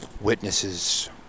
witnesses